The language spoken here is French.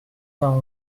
vingt